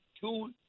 two